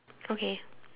okay